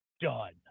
done